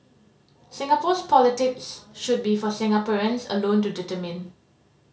Singapore's politics should be for Singaporeans alone to determine